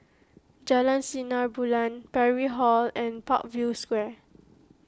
Jalan Sinar Bulan Parry Hall and Parkview Square